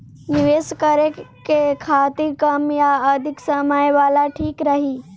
निवेश करें के खातिर कम या अधिक समय वाला ठीक रही?